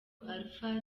alpha